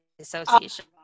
association